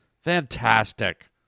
Fantastic